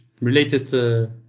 related